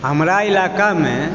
हमरा इलाकामे